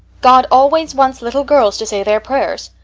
god always wants little girls to say their prayers.